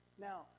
Now